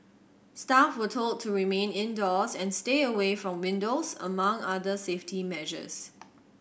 staff were told to remain indoors and stay away from windows among other safety measures